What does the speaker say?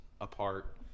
apart